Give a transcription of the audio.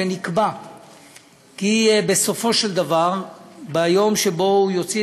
ונקבע בסופו של דבר כי ביום שבו הוא יוציא